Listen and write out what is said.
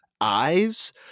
eyes